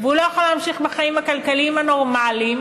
והוא לא יכול להמשיך בחיים הכלכליים הנורמליים,